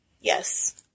Yes